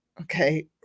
okay